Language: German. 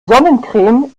sonnencreme